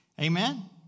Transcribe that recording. Amen